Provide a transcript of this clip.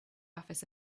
office